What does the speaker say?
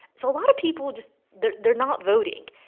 so a lot of people just they're they're not voting.